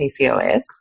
PCOS